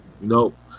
nope